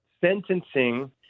sentencing